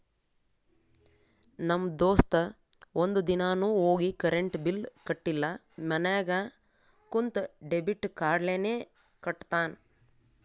ನಮ್ ದೋಸ್ತ ಒಂದ್ ದಿನಾನು ಹೋಗಿ ಕರೆಂಟ್ ಬಿಲ್ ಕಟ್ಟಿಲ ಮನ್ಯಾಗ ಕುಂತ ಡೆಬಿಟ್ ಕಾರ್ಡ್ಲೇನೆ ಕಟ್ಟತ್ತಾನ್